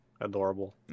adorable